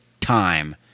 time